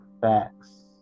facts